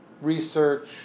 research